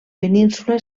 península